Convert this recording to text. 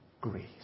grace